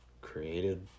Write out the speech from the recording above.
created